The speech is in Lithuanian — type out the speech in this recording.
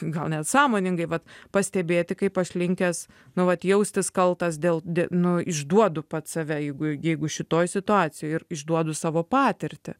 gal net sąmoningai vat pastebėti kaip aš linkęs nu vat jaustis kaltas dėl dė nu išduodu pats save jeigu jeigu šitoj situacijoj ir išduodu savo patirtį